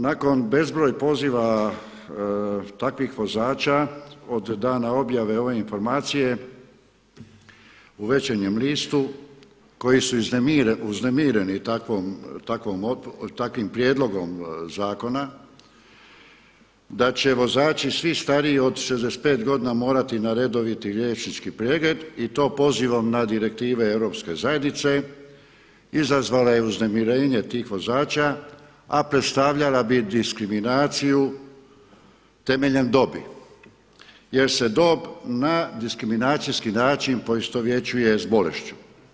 Nakon bezbroj poziva takvih vozača od dana objave ove informacije u Večernjem listu koji su uznemireni takvim prijedlogom zakona da će vozači svi stariji od 65 godina morati na redoviti liječnički pregled i to pozivom na direktive Europske zajednice izazvala je uznemirenje tih vozača a predstavljala bi diskriminaciju temeljem dobi jer se dob na diskriminacijski način poistovjećuje s bolešću.